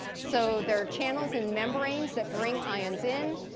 so there are channels in membranes that bring ions in,